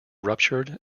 ruptured